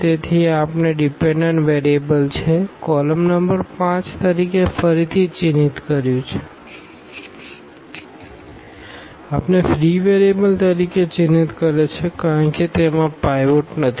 તેથી આ આપણે ડીપેનડન્ટ વેરીએબલ છે કોલમ નંબર 5 તરીકે ફરીથી ચિહ્નિત કર્યું છે આપણે ફ્રી વેરિયેબલ તરીકે ચિહ્નિત કર્યા છે કારણ કે તેમાં પાઈવોટ નથી